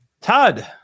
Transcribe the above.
Todd